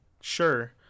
sure